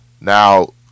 Now